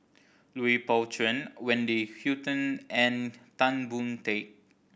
Lui Pao Chuen Wendy Hutton and Tan Boon Teik